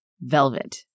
Velvet